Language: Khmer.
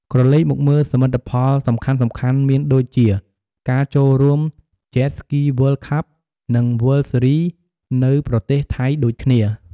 ក្រឡេកមកមើលសមិទ្ធផលសំខាន់ៗមានដូចជាការចូលរួម Jet Ski World Cup និង World Series នៅប្រទេសថៃដូចគ្នា។